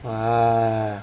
a'ah